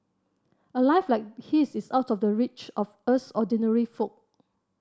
a life like his is out of the reach of us ordinary folk